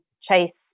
Chase